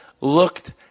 looked